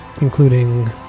including